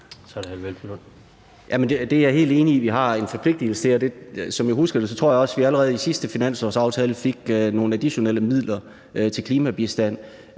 (EL): Jamen det er jeg helt enig i at vi har en forpligtelse til, og som jeg husker det, tror jeg også, at vi allerede i sidste finanslovsaftale fik nogle additionelle midler til klimabistand.